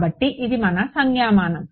కాబట్టి ఇది మన సంజ్ఞామానం